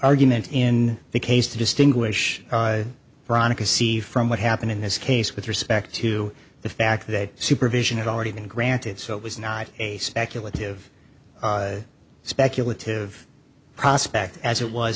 argument in the case to distinguish veronica c from what happened in this case with respect to the fact that supervision had already been granted so it was not a speculative speculative prospect as it was